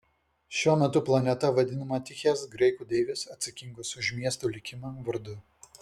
šiuo metu planeta vadinama tichės graikų deivės atsakingos už miestų likimą vardu